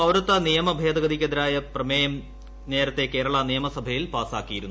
പൌരത്വ നിയമ ഭേദഗതിയ്ക്കെതിരായ പ്രമേയം നേരത്തെ കേരള നിയമസഭയിൽ പാസാക്കിയിരുന്നു